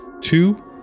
two